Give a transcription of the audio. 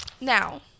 Now